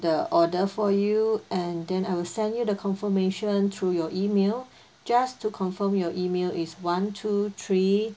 the order for you and then I will send you the confirmation through your E-mail just to confirm your E-mail is one two three